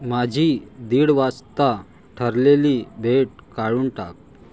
माझी दीड वाजता ठरलेली भेट काढून टाक